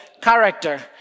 character